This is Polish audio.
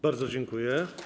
Bardzo dziękuję.